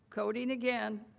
quoting again,